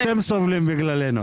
אתם סובלים בגללנו.